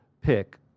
pick